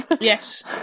Yes